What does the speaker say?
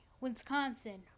Wisconsin